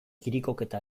kirikoketa